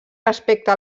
respecte